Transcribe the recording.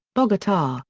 bogota,